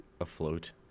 afloat